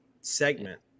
segment